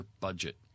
budget